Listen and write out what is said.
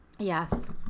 Yes